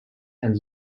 and